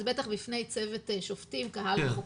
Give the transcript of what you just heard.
אז בטח בפני צוות שופטים, קהל וחוקרים.